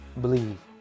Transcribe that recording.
believe